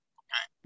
okay